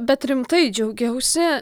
bet rimtai džiaugiausi